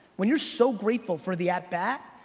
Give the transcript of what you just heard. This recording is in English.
when you're so grateful for the at-bat,